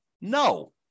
No